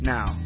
Now